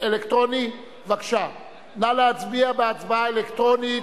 נא להצביע בהצבעה אלקטרונית,